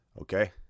Okay